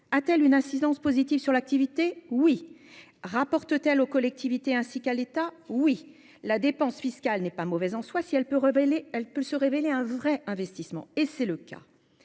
A-t-elle une incidence positive sur l'activité ? Oui ! Rapporte-t-elle aux collectivités, ainsi qu'à l'État ? Oui ! La dépense fiscale n'est pas mauvaise en soi, si elle est un investissement, ce qui est le cas.